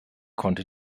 konnte